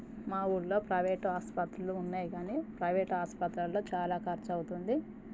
మా ఊరులో ప్రైవేట్ ఆస్పత్రులు ఉన్నాయి కానీ ప్రైవేట్ ఆసుపత్రులో చాలా ఖర్చు అవుతుంది